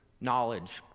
knowledge